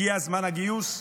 הגיע זמן הגיוס,